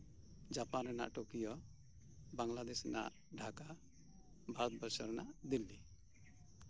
Japan ᱨᱮᱱᱟᱜ Tokyo Bangladesh ᱨᱮᱱᱟᱜ ᱰᱷᱟᱠᱟ ᱵᱷᱟᱨᱚᱛᱵᱚᱨᱥᱚ ᱨᱮᱱᱟᱜ ᱫᱤᱞᱞᱤ